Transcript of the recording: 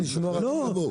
לא,